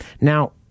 Now